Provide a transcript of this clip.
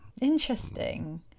interesting